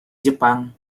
jepang